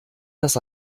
das